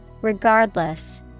Regardless